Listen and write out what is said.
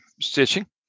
stitching